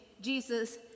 Jesus